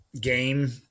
game